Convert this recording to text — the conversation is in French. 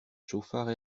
chauffards